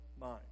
mind